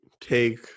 take